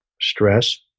stress